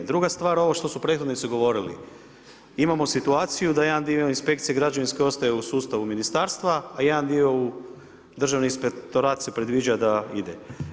Druga stvar, ovo što su prethodnici govorili, imamo situaciju, da jedan dio inspekcije građevinske ostaje u sustavu ministarstva, a jedan dio u, državni inspektorat se predviđa da ide.